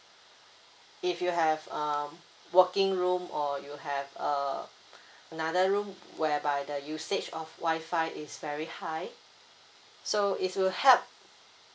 if you have um working room or you have uh another room whereby the usage of wi-fi is very high so it will help